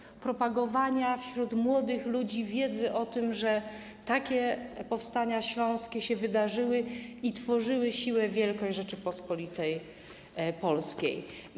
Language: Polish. Chodzi o propagowanie wśród młodych ludzi wiedzy o tym, że te powstania śląskie się wydarzyły i tworzyły siłę, wielkość Rzeczypospolitej Polskiej.